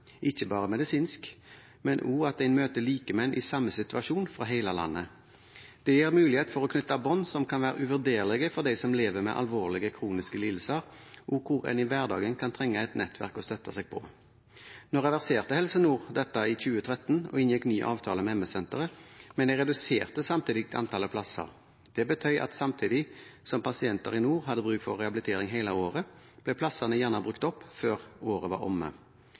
ikke bare medisinsk, men også ved at en møter likemenn i samme situasjon fra hele landet. Det gir mulighet for å knytte bånd som kan være uvurderlige for dem som lever med alvorlige kroniske lidelser, og som i hverdagen kan trenge et nettverk å støtte seg på. Nå reverserte Helse Nord dette i 2013 og inngikk ny avtale med MS-Senteret, men de reduserte samtidig antallet plasser. Det betydde at samtidig som pasienter i nord hadde bruk for rehabilitering hele året, ble plassene gjerne brukt opp før året var omme.